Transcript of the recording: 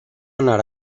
anar